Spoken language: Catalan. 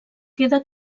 queda